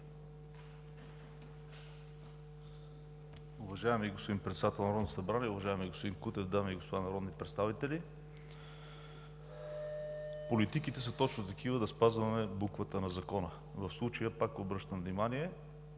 Уважаеми господин Председател на Народното събрание, уважаеми господин Кутев, дами и господа народни представители! Политиките са точно такива – да спазваме буквата на закона. В случая, пак обръщам внимание,